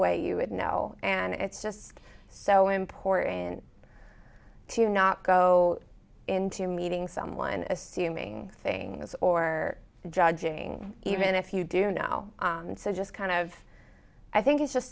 way you would know and it's just so important to not go into meeting someone assuming things or judging even if you do now and so just kind of i think it's just